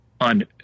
on